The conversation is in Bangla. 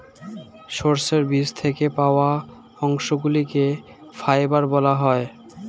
সর্ষের বীজ থেকে পাওয়া অংশগুলিকে ফাইবার বলা হয়